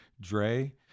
Dre